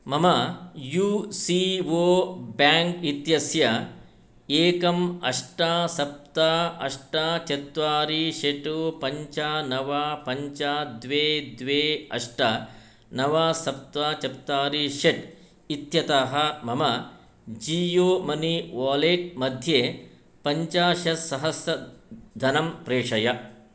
मम U C O bank इत्यस्य एकम् अष्ट सप्त अष्ट चत्वारि षट् पञ्च नव पञ्च द्वे द्वे अष्ट नव सप्त चत्वारि षट् इत्यतः मम जीयो मनी वालेट् मध्ये पञ्चाशत् सहस्रधनं प्रेषय